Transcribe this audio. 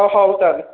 ଅ ହଉ ତାହାଲେ